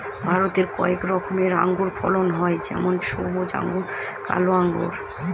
ভারতে কয়েক রকমের আঙুরের ফলন হয় যেমন সবুজ আঙ্গুর, কালো আঙ্গুর